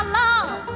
love